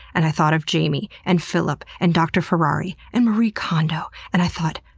and i thought of jamie, and filip, and dr. ferrari, and marie kondo, and i thought,